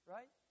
Right